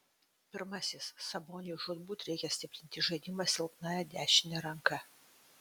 pirmasis saboniui žūtbūt reikia stiprinti žaidimą silpnąja dešine ranka